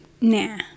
Nah